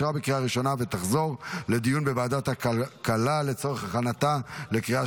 לוועדת הכלכלה נתקבלה.